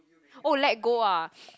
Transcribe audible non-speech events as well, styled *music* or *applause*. oh let go ah *noise*